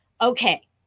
okay